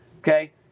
Okay